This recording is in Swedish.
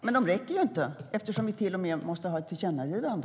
Men de räcker inte, eftersom vi till och med måste ha ett tillkännagivande.